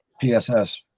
PSS